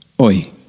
oi